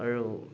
আৰু